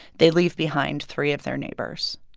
they leave behind three of their neighbors.